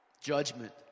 Judgment